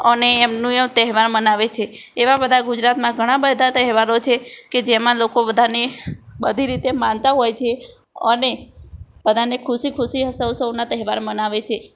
અને એમનો તહેવાર મનાવે છે એવા બધા ગુજરાતમાં ઘણા બધા તહેવારો છે કે જેમાં લોકો બધાને બધી રીતે માનતા હોય છે અને બધાને ખુશી ખુશી સૌ સૌના તહેવાર મનાવે છે